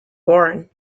born